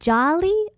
Jolly